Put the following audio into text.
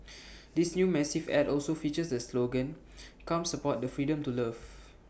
this new massive Ad also features the slogan come support the freedom to love